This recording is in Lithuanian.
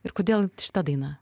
ir kodėl šita daina